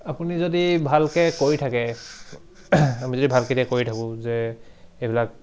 আপুনি যদি ভালকৈ কৰি থাকে আমি যদি ভালকৈ কৰি থাকোঁ যে এইবিলাক